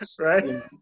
Right